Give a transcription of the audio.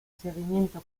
seguimiento